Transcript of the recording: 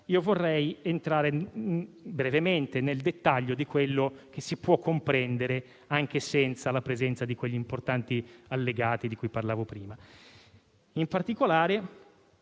vorrei entrare brevemente nel dettaglio di quello che si può comprendere anche senza la presenza di quegli importanti allegati di cui parlavo prima. In particolare,